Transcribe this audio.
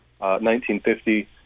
1950